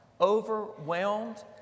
overwhelmed